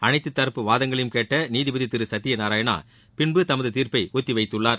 அளைத்துத் தரப்பு வாதங்களையும் கேட்ட நீதிபதி சத்யநாராயணா பின்பு தமது தீர்ப்பை ஒத்திவைத்துள்ளார்